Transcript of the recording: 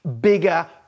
bigger